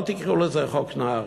אל תקראו לזה חוק נהרי,